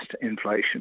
inflation